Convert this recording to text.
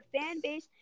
Fanbase